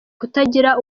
kutagira